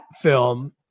film